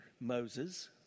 Moses